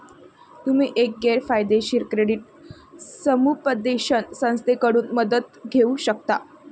तुम्ही एक गैर फायदेशीर क्रेडिट समुपदेशन संस्थेकडून मदत घेऊ शकता